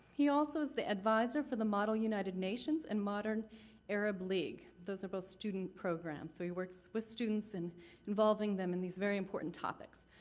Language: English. he also is the adviser for the model united nations and modern arab league those are both student programs, so he works with students and involving them in these very important topics.